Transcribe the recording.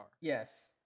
Yes